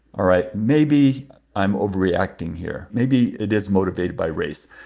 all right. maybe i'm overreacting here. maybe it is motivated by race.